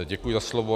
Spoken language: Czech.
Děkuji za slovo.